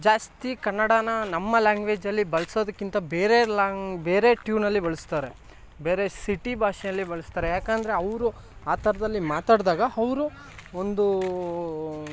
ಜಾಸ್ತಿ ಕನ್ನಡನ ನಮ್ಮ ಲ್ಯಾಂಗ್ವೇಜಲ್ಲಿ ಬಳಸೋದಕ್ಕಿಂತ ಬೇರೆ ಲಾಂಗ್ ಬೇರೆ ಟ್ಯೂನಲ್ಲಿ ಬಳಸ್ತಾರೆ ಬೇರೆ ಸಿಟಿ ಭಾಷೆಯಲ್ಲಿ ಬಳಸ್ತಾರೆ ಯಾಕಂದರೆ ಅವರು ಆ ಥರದಲ್ಲಿ ಮಾತಾಡಿದಾಗ ಅವ್ರು ಒಂದು